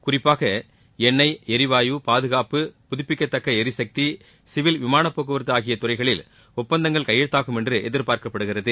குறிப்பாக எண்ணெய் எரிவாயு பாதுகாப்பு புதுப்பிக்கத்தக்க எரிசக்தி சிவில் விமானப்போக்குவரத்து ஆகிய துறைகளில் ஒப்பந்தங்கள் கையெழுத்தாகும் என்று எதிர்பார்க்கப்படுகிறது